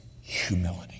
humility